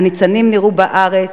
ניצנים נראו בארץ,